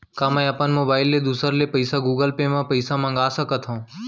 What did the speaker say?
का मैं अपन मोबाइल ले दूसर ले पइसा गूगल पे म पइसा मंगा सकथव?